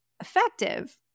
effective